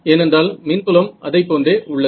ஏனென்றால் மின்புலம் அதைப் போன்றே உள்ளது